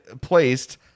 placed